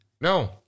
no